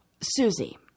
Susie